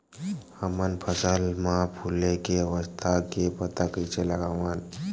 हमन फसल मा फुले के अवस्था के पता कइसे लगावन?